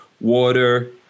water